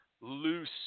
loose